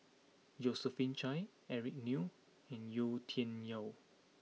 Josephine Chia Eric Neo and Yau Tian Yau